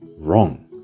Wrong